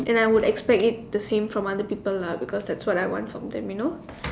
and I would expect it the same from other people lah because that's what I want from them you know